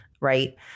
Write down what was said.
right